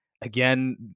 again